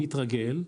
מתרגל,